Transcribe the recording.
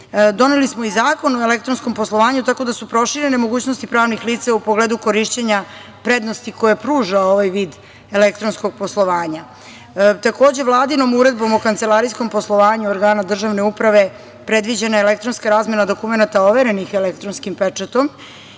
Doneli smo i Zakon o elektronskom poslovanju tako da su proširene mogućnosti pravnih lica u pogledu korišćenja prednosti koje pruža ovaj vid elektronskog poslovanja. Takođe, Vladinom Uredbom o kancelarijskom poslovanju organa državne uprave predviđena je elektronska razmena dokumenata overenih elektronskim pečatom